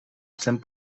cent